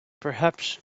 perhaps